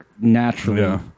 naturally